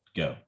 go